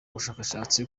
ubushakashatsi